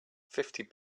fifty